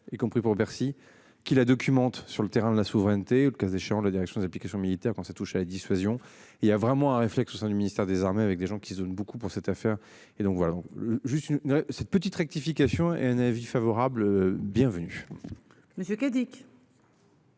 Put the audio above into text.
y compris pour Bercy qui la documente sur le terrain de la souveraineté ou le cas échéant la Direction des Applications Militaires quand ça touche à la dissuasion. Il y a vraiment un réflexe au sein du ministère des Armées avec des gens qui donnent beaucoup pour cette affaire. Et donc voilà. Juste une cette petite rectification et un avis favorable. Bienvenue. Mais ce